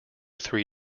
three